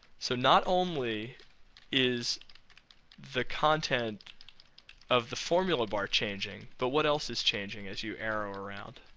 so not only is the content of the formula bar changing, but what else is changing as you arrow around?